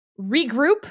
regroup